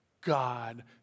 God